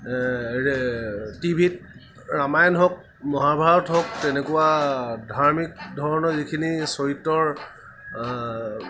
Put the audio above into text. টিভিত ৰামায়ণ হওক মহাভাৰত হওক তেনেকুৱা ধাৰ্মিক ধৰণৰ যিখিনি চৰিত্ৰৰ